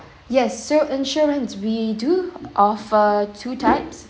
yes so insurance we do offer two types